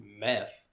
meth